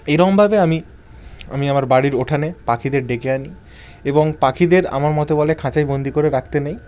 এরকমভাবে আমি আমি আমার বাড়ির উঠানে পাখিদের ডেকে আনি এবং পাখিদের আমার মতে বলে খাঁচায় বন্দি করে রাখতে নেই